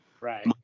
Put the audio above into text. Right